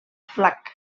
flac